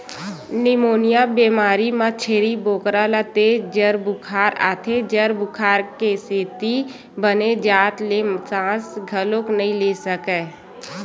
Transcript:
pneumonia बेमारी म छेरी बोकरा ल तेज जर बुखार आथे, जर बुखार के सेती बने जात ले सांस घलोक नइ ले सकय